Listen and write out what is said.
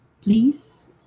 please